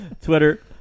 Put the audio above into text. Twitter